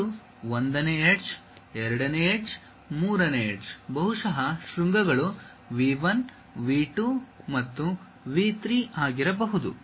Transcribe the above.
ಇದು 1 ನೇ ಎಡ್ಜ್ 2 ನೇ ಎಡ್ಜ್ 3 ನೇ ಎಡ್ಜ್ ಬಹುಶಃ ಶೃಂಗಗಳು V1 V 2 ಮತ್ತು V 3 ಆಗಿರಬಹುದು